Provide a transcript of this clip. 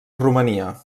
romania